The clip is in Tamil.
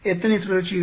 எத்தனை சுழற்சிகள்